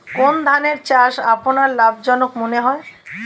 কোন ধানের চাষ আপনার লাভজনক মনে হয়?